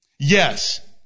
Yes